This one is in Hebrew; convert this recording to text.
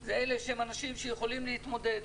זה אנשים שיכולים להתמודד,